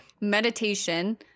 meditation